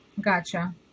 Gotcha